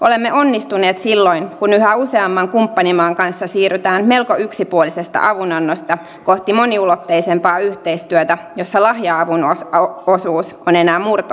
olemme onnistuneet silloin kun yhä useamman kumppanimaan kanssa siirrytään melko yksipuolisesta avunannosta kohti moniulotteisempaa yhteistyötä jossa lahja avun osuus on enää murto osa